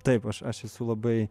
taip aš aš esu labai